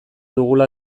dugula